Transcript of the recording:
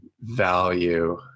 value